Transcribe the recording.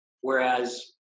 Whereas